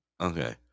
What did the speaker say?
okay